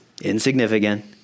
insignificant